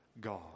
God